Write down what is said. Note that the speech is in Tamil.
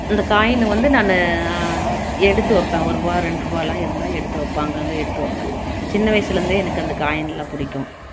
இந்த காயின்னு வந்து நான் எடுத்து வைப்பேன் ஒருரூவா ரெண்டுருவாலாம் இருந்தால் எடுத்து வைப்பேன் அங்கே அங்கே எடுத்து வைப்பேன் சின்ன வயிசில் இருந்தே எனக்கு அந்த காயின் எல்லாம் பிடிக்கும்